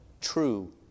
true